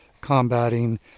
combating